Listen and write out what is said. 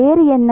வேறு என்ன